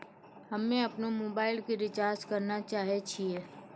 हम्मे अपनो मोबाइलो के रिचार्ज करना चाहै छिये